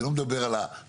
אני לא מדבר על התפקוד.